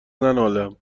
ننالم